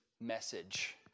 message